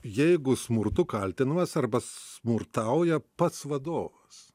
jeigu smurtu kaltinamas arba smurtauja pats vadovas